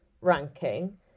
ranking